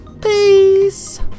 Peace